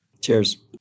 Cheers